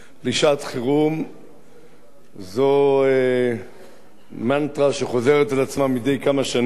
לשעת-חירום זו מנטרה שחוזרת על עצמה מדי כמה שנים,